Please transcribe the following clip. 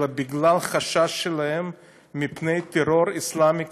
אלא בגלל חשש שלהן מפני טרור אסלאמי קיצוני.